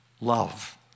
love